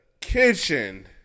Kitchen